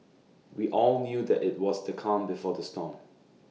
we all knew that IT was the calm before the storm